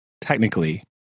technically